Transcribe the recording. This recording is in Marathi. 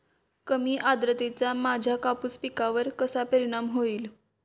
कमी आर्द्रतेचा माझ्या कापूस पिकावर कसा परिणाम होईल?